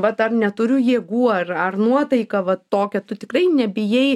vat ar neturiu jėgų ar ar nuotaika vat tokia tu tikrai nebijai